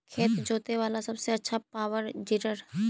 खेत जोते बाला सबसे आछा पॉवर टिलर?